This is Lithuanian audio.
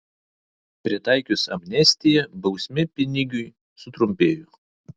pritaikius amnestiją bausmė pinigiui sutrumpėjo